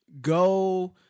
go